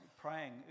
praying